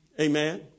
Amen